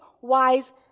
wise